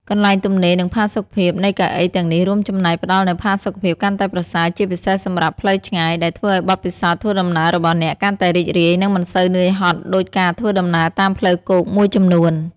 កន្លែងទំនេរ និងផាសុកភាពនៃកៅអីទាំងនេះរួមចំណែកផ្ដល់នូវ ផាសុកភាពកាន់តែប្រសើរ ជាពិសេសសម្រាប់ផ្លូវឆ្ងាយ ដែលធ្វើឱ្យបទពិសោធន៍ធ្វើដំណើររបស់អ្នកកាន់តែរីករាយ និងមិនសូវនឿយហត់ដូចការធ្វើដំណើរតាមផ្លូវគោកមួយចំនួន។